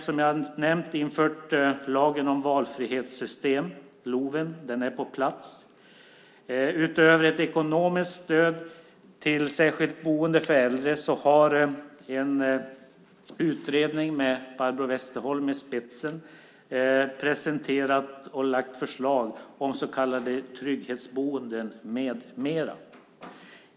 Som jag nämnde har vi infört lagen om valfrihetssystem, LOV:en. Den är på plats. Utöver ett ekonomiskt stöd till särskilt boende för äldre har en utredning med Barbro Westerholm i spetsen presenterat och lagt förslag om så kallade trygghetsboenden med mera.